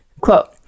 Quote